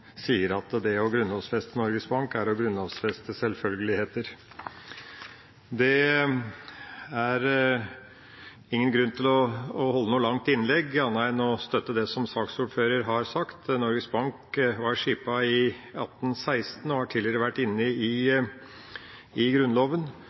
sier at det å grunnlovfeste Norges Bank er å grunnlovfeste selvfølgeligheter. Det er ingen grunn til å holde noe langt innlegg annet enn å støtte det som saksordføreren har sagt. Norges Bank ble skipet i 1816 og har tidligere vært inne i